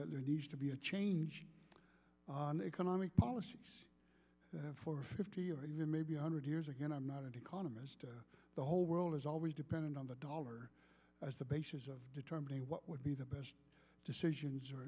that there needs to be a change on economic policy for fifty or even maybe a hundred years again i'm not an economist the whole world is always dependent on the dollar as the basis of determining what would be the best decisions